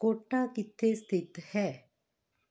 quota ਕਿੱਥੇ ਸਥਿਤ ਹੈ